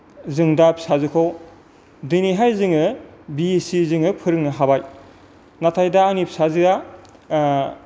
जों दा फिसाजोखौ दिनैहाय जोङो बि एस सि जोङो फोरोंनो हाबाय नाथाय दा आंनि फिसाजोआ